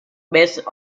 based